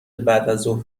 بعدازظهر